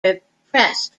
repressed